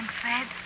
Fred